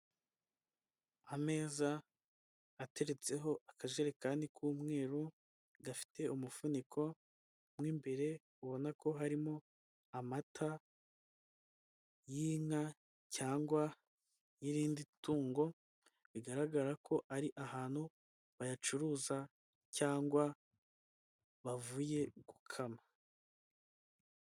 Ameza ateretseho akajerekani k'umweru gafite umufuniko mo imbere ubona ko harimo amata y'inka cyangwa y'irindi tungo bigaragara ko ari ahantu bayacuruza cyangwa bavuye gukama.